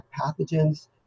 pathogens